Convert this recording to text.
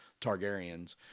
Targaryens